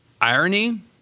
irony